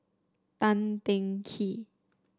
Tan Teng Kee